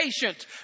patient